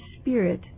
spirit